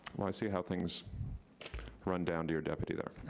wanna see how things run down to your deputy there.